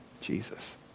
Jesus